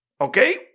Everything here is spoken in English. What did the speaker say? Okay